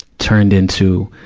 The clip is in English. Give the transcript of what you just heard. turned into,